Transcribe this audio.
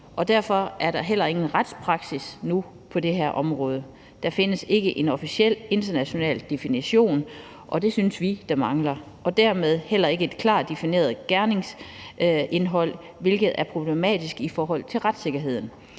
derfor er der heller ingen retspraksis nu på det her område. Der findes ikke en officiel international definition, og det synes vi der mangler, og dermed heller ikke et klart defineret gerningsindhold, hvilket er problematisk i forhold til retssikkerheden.